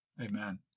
Amen